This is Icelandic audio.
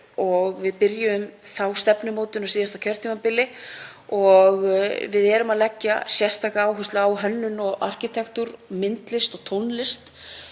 og við byrjuðum þá stefnumótun á síðasta kjörtímabili. Við leggjum sérstaka áherslu á hönnun og arkitektúr, myndlist og tónlist